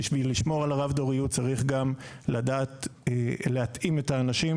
בשביל לשמור על הרב דוריות צריך גם לדעת להתאים את האנשים